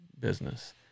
business